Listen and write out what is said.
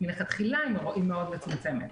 מלכתחילה היא מאוד מצומצמת.